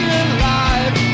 alive